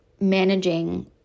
managing